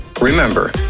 Remember